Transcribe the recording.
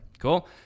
Cool